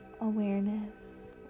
Awareness